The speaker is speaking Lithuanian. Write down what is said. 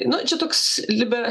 nu čia toks libera